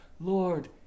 Lord